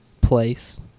place